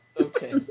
Okay